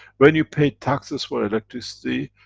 when you pay taxes for electricity,